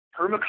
permaculture